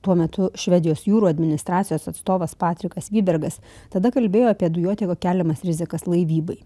tuo metu švedijos jūrų administracijos atstovas patrikas vyborgas tada kalbėjo apie dujotiekio keliamas rizikas laivybai